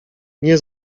nie